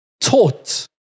taught